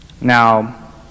Now